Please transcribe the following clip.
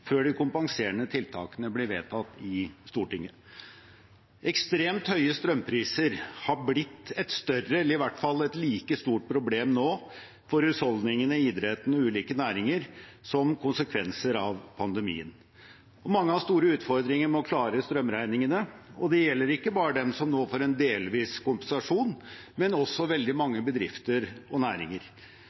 før de kompenserende tiltakene blir vedtatt i Stortinget. Ekstremt høye strømpriser har blitt et større eller i hvert fall like stort problem nå for husholdningene, idretten og ulike næringer som konsekvenser av pandemien. Mange har store utfordringer med å klare strømregningene. Det gjelder ikke bare dem som nå får en delvis kompensasjon, men også veldig mange bedrifter og næringer.